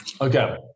Okay